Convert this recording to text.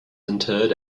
interred